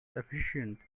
efficient